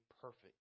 perfect